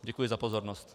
Děkuji za pozornost.